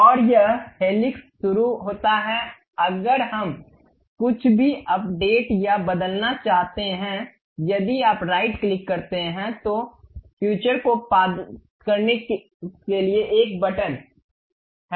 और यह हेलिक्स शुरू होता है अगर हम कुछ भी अपडेट या बदलना चाहते हैं यदि आप राइट क्लिक करते हैं तो फ्यूचर को पादित करने के लिए एक बटन है